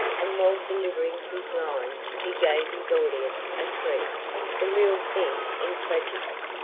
and while delivering his lines he gave his audience a treat the real thing in tragics.